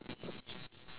there's no